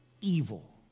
evil